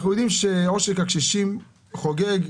אנחנו יודעים שעושק הקשישים חוגג.